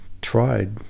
tried